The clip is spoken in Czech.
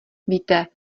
víte